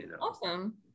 Awesome